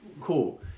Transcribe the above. cool